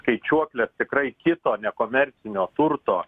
skaičiuoklės tikrai kito nekomercinio turto